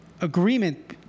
agreement